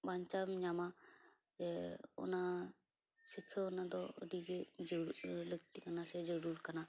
ᱵᱟᱧᱪᱟᱣ ᱮᱢ ᱧᱟᱢᱟ ᱚᱱᱟ ᱥᱤᱠᱷᱟᱹᱣᱱᱟ ᱫᱚ ᱟᱹᱰᱤ ᱜᱮ ᱡᱩᱨ ᱞᱟᱹᱠᱛᱤ ᱠᱟᱱᱟ ᱥᱮ ᱡᱟᱹᱨᱩᱨ ᱠᱟᱱᱟ